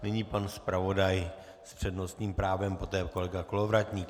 Nyní pan zpravodaj s přednostním právem, poté kolega Kolovratník.